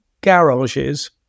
garages